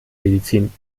medizin